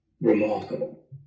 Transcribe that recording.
remarkable